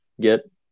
get